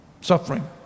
suffering